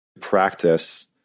practice